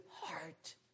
heart